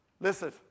listen